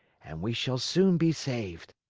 and we shall soon be saved.